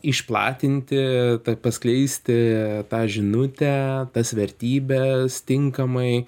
išplatinti tai paskleisti tą žinutę tas vertybes tinkamai